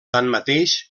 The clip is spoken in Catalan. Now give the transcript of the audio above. tanmateix